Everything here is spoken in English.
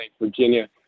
Virginia